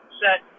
set